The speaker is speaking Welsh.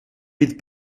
fydd